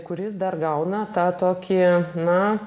kuris dar gauna tą tokį na